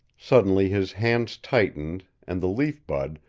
suddenly his hands tightened, and the leaf bud,